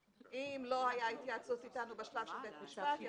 אם לא הייתה התייעצות אתנו בשלב של בית משפט.